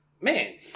Man